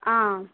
ఆ